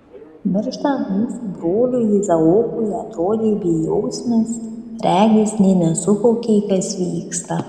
mirštant mūsų broliui izaokui atrodei bejausmis regis nė nesuvokei kas vyksta